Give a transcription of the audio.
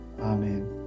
Amen